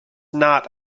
not